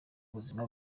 buzima